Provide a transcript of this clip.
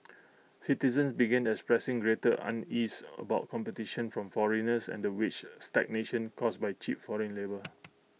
citizens began expressing greater unease about competition from foreigners and the wages stagnation caused by cheap foreign labour